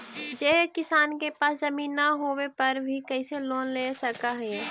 जे किसान के पास जमीन न होवे पर भी कैसे लोन ले सक हइ?